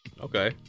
okay